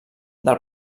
del